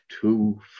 two